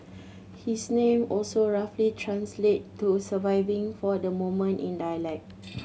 his name also roughly translate to surviving for the moment in dialect